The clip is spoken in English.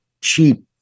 cheap